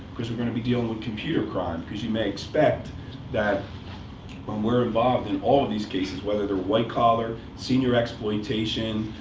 because we're going to be dealing with computer crime, because you may expect that when we're involved in all of these cases whether they're white collar, senior exploitation,